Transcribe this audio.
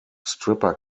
stripper